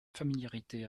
familiarité